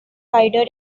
cider